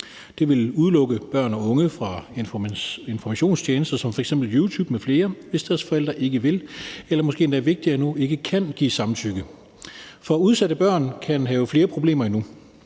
Det vil udelukke børn og unge fra informationstjenester som f.eks. YouTube, hvis deres forældre ikke vil eller måske endda vigtigere endnu ikke kan give samtykke. For udsatte børn kan have flere problemer endnu,